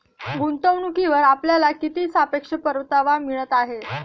गुंतवणूकीवर आपल्याला किती सापेक्ष परतावा मिळत आहे?